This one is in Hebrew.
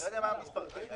אני לא יודע מה המספר זה?